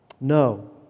No